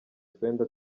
utwenda